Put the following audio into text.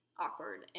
awkward